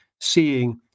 seeing